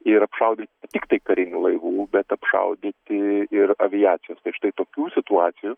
ir apšaudyti tiktai karinių laivų bet apšaudyti ir aviacijos tai štai tokių situacijų